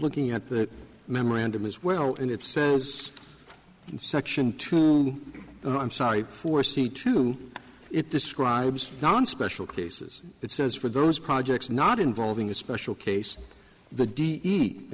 looking at that memorandum as well and it says in section two i'm sorry for see to it describes non special cases it says for those projects not involving a special case the d e you